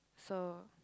so